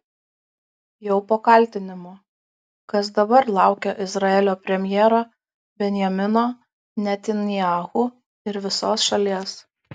jau po kaltinimų kas dabar laukia izraelio premjero benjamino netanyahu ir visos šalies